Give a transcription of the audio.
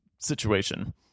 situation